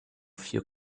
vier